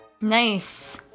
Nice